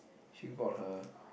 she got her